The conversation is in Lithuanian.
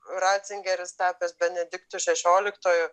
racingeris tapęs benediktu šešioliktuoju